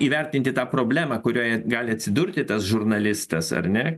įvertinti tą problemą kurioje gali atsidurti tas žurnalistas ar ne